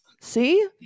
See